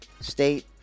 state